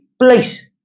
place